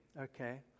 okay